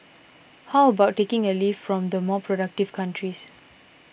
how about taking a leaf from the more productive countries